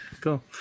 cool